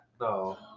No